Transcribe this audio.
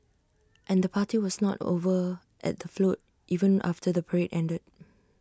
and the party was not over at the float even after the parade ended